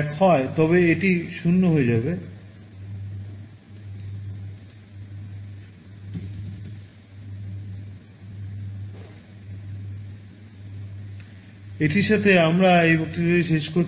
1 হয় তবে এটি 0 হয়ে যাবে এটির সাথে আমরা এই বক্তৃতাটির শেষে এসেছি